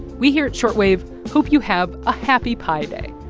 we here at short wave hope you have a happy pi day.